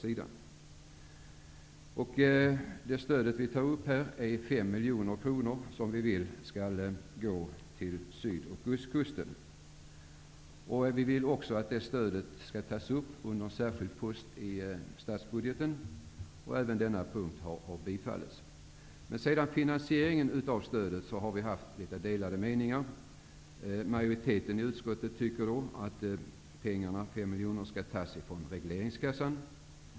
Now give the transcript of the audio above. Det stöd vi här föreslår är på 5 miljoner kronor, som vi vill skall riktas till Syd och Ostkusten. Vi vill också att det stödet skall tas upp som en särskild post i statsbudgeten. Även detta har tillstyrkts. Emellertid har vi haft litet delade meningar om finansieringen av stödet. Majoriteten i utskottet tycker att pengarna, de 5 miljonerna, skall tas från regleringskassan.